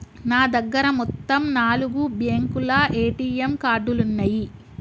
నా దగ్గర మొత్తం నాలుగు బ్యేంకుల ఏటీఎం కార్డులున్నయ్యి